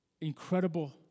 incredible